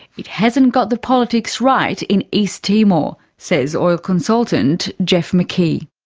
it hasn't got the politics right in east timor, says oil consultant geoff mckee.